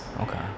Okay